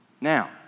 Now